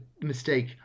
mistake